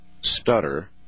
stutter